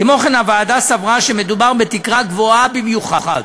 כמו כן, הוועדה סברה שמדובר בתקרה גבוהה במיוחד.